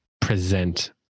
present